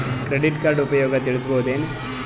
Credit card ಉಪಯೋಗ ತಿಳಸಬಹುದೇನು?